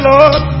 Lord